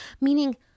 meaning